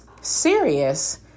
serious